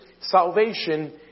salvation